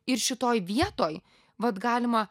ir šitoj vietoj vat galima